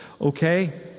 Okay